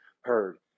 heard